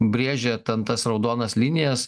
brėžia ten tas raudonas linijas